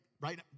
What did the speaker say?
right